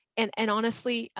and, and honestly,